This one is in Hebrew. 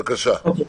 בבקשה.